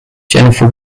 jennifer